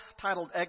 titled